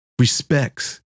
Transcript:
respects